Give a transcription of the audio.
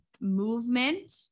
movement